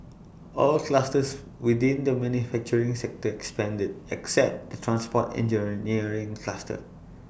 all clusters within the manufacturing sector expanded except the transport engineering cluster